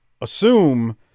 assume